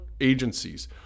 agencies